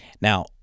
Now